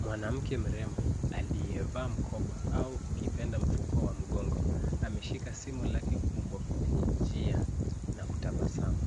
Mwanamke mrembo aliyevaa mkoba au ukipenda mfuko wa mgongo ameshika simu lake kubwa kwenye njia na kutabasamu.